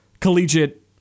collegiate